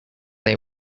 they